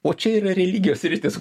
o čia yra religijos sritis